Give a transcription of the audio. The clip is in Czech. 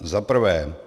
Za prvé.